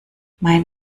mein